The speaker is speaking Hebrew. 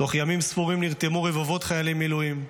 תוך ימים ספורים נרתמו רבבות חיילי מילואים,